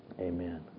Amen